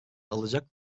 alacak